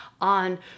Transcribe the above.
on